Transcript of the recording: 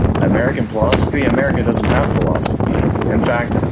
american philosophy? america doesn't have philosophy. in fact,